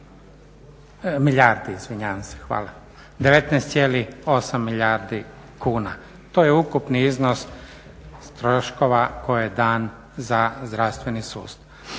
19,8 milijardi kuna. To je ukupni iznos troškova koji je dan za zdravstveni sustav.